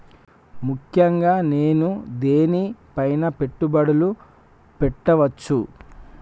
ముఖ్యంగా నేను దేని పైనా పెట్టుబడులు పెట్టవచ్చు?